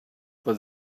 for